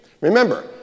Remember